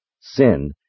Sin